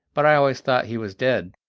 but i always thought he was dead.